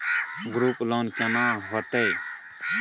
Group loan केना होतै?